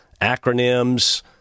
acronyms